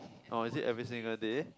oh is it every single day